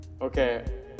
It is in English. okay